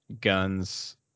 guns